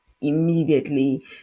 immediately